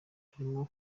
arimo